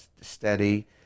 steady